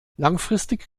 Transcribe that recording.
langfristig